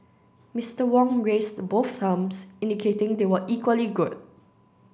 Mister Wong raised both thumbs indicating they were equally good